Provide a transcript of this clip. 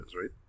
right